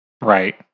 Right